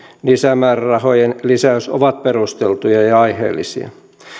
lisämäärärahojen lisäys ovat perusteltuja ja aiheellisia